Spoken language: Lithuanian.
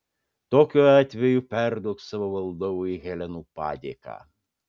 tokiu atveju perduok savo valdovui helenų padėką